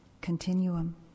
continuum